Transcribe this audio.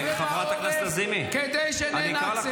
כדי שננצח.